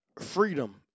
Freedom